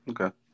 Okay